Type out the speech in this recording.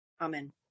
Amen